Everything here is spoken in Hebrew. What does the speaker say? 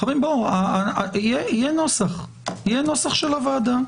יהיה נוסח של הוועדה.